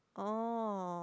oh